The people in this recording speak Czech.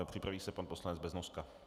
Připraví se pan poslanec Beznoska.